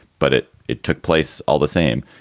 but it it took place all the same.